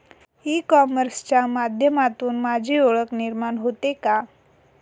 E कॉमर्सच्या माध्यमातून माझी ओळख निर्माण होते का?